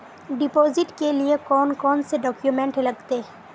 Deposit के लिए कौन कौन से डॉक्यूमेंट लगते?